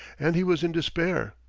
and he was in despair.